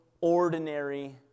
ordinary